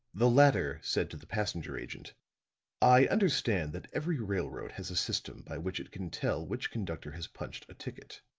the latter said to the passenger agent i understand that every railroad has a system by which it can tell which conductor has punched a ticket.